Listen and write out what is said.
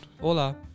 Hola